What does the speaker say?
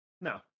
no